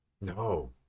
No